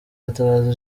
gatabazi